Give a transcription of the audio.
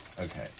Okay